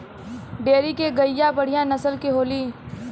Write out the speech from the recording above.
dairy के गईया बढ़िया नसल के होली